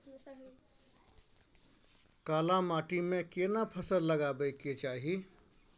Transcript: काला माटी में केना फसल लगाबै के चाही?